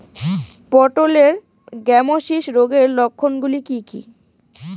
পটলের গ্যামোসিস রোগের লক্ষণগুলি কী কী?